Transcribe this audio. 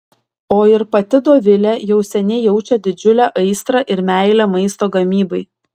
o ir pati dovilė jau seniai jaučia didžiulę aistrą ir meilę maisto gamybai